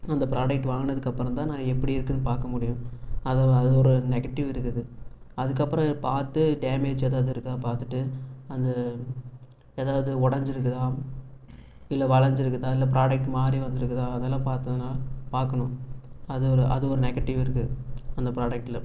அந்த ப்ராடக்ட் வாங்கனதுக்கப்புறோம் தான் நான் எப்படி இருக்குன்னு பார்க்க முடியும் அதை அது ஒரு நெகட்டிவ் இருக்குது அதுக்கப்பறோம் பார்த்து டேமேஜ் எதாவது இருக்கா பார்த்துட்டு அந்த எதாவது ஒடஞ்சிருக்குதா இல்லை வளைஞ்சிருக்குதா இல்லை ப்ராடக்ட் மாறி வந்துருக்குதா அதெல்லாம் பார்த்து பார்க்கணும் அது ஒரு அது ஒரு நெகட்டிவ் இருக்கு அந்த ப்ராடக்ட்டில்